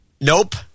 Nope